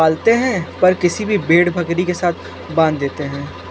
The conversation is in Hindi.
पालते हैं पर किसी भी भेड़ बकरी के साथ बांध देते हैं